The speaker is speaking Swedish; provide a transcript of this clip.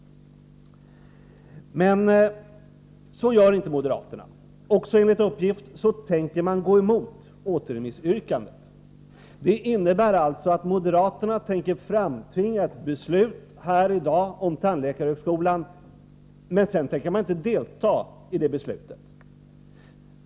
Men så gör inte moderaterna. De tänker, också enligt uppgift, gå emot återremissyrkandet. Det innebär alltså att moderaterna tänker framtvinga ett beslut här i dag om tandläkarhögskolan, men sedan tänker de inte delta i det beslutet.